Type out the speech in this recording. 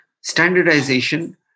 standardization